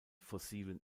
fossilen